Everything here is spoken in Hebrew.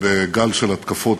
נא לשבת,